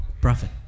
prophet